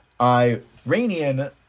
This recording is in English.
Iranian